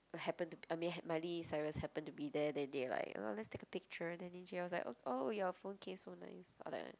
happen to be I mean Miley Cyrus happen to be there then they will like oh let's take a picture then she was like oh your phone case so nice